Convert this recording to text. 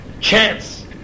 chance